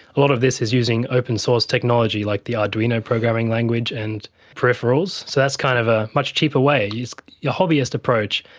a lot of this is using open source technology like the arduino programming language and peripherals, so that's kind of a much cheaper way, you use a hobbyist approach,